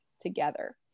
together